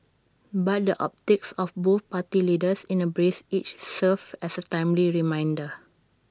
but the optics of both party leaders in A brace each serves as A timely reminder